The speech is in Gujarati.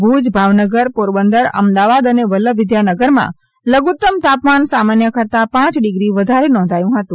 ભુજ ભાવનગર પોરબંદર અમદાવાદ અને વલ્લભવિદ્યાનગરમાં લધુત્તમ તાપમાન સામાન્ય કરતાં પાંચ ડિગ્રી વધારે નોંધાયું હતું